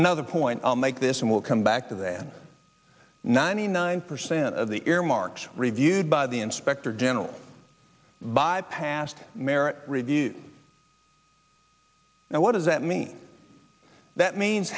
another point i'll make this will come back to then ninety nine percent of the earmarks reviewed by the inspector general by past merit review now what does that mean that means